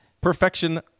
perfection